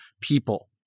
people